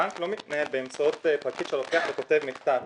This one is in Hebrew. בנק לא מתנהל באמצעות פקיד שלוקח או כותב מכתב.